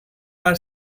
are